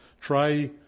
try